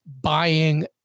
buying